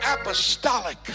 apostolic